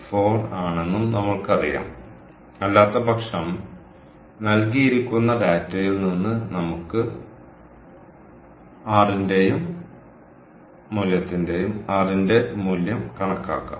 4 ആണെന്നും നമ്മൾക്കറിയാം അല്ലാത്തപക്ഷം നൽകിയിരിക്കുന്ന ഡാറ്റയിൽ നിന്ന് നമുക്ക് r ന്റെയും മൂല്യത്തിന്റെയും മൂല്യം കണക്കാക്കാം